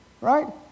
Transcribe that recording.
Right